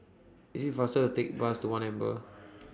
IT IS faster Take Bus one Amber